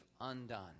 undone